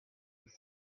with